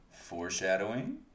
Foreshadowing